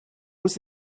was